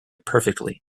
perfectly